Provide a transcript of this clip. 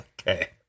Okay